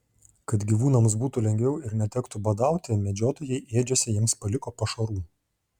kad gyvūnams būtų lengviau ir netektų badauti medžiotojai ėdžiose jiems paliko pašarų